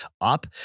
up